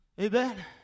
Amen